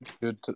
Good